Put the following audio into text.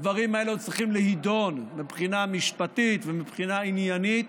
הדברים האלה עוד צריכים להידון מבחינה משפטית ומבחינה עניינית.